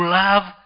love